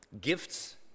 gifts